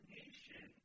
nation